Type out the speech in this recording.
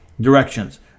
Directions